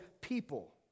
people